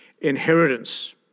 inheritance